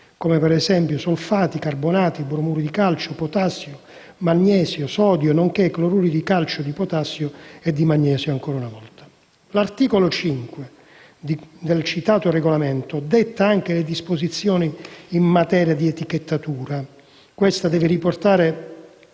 (per esempio, solfati, carbonati, bromuri di calcio, di potassio, di magnesio e di sodio, nonché cloruri di calcio, potassio e ancora magnesio). L'articolo 5 del citato regolamento detta anche le disposizioni in materia di etichettatura; questa deve riportare